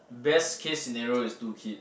best case scenario is two kid